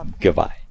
Goodbye